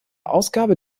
ausgabe